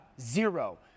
Zero